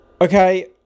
okay